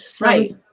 Right